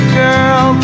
girl